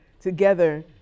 together